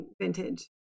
vintage